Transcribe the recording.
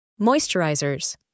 Moisturizers